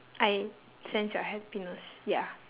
I sense your happiness ya